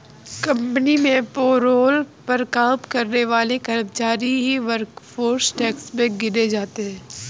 company में payroll पर काम करने वाले कर्मचारी ही वर्कफोर्स टैक्स में गिने जाते है